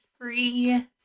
free